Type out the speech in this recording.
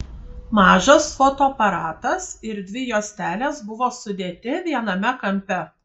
mažas fotoaparatas ir dvi juostelės buvo sudėti viename kampe